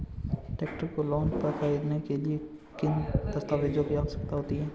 Tractor को loan पर खरीदने के लिए किन दस्तावेज़ों की आवश्यकता होती है?